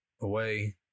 away